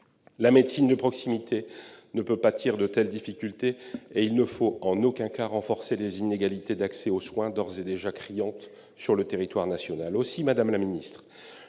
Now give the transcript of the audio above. La médecine de proximité ne peut pâtir de telles difficultés et il ne faut en aucun cas aggraver les inégalités d'accès aux soins, d'ores et déjà criantes sur le territoire national. Madame la ministre,